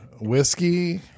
whiskey